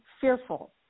fearful